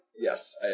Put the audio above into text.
Yes